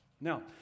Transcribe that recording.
Now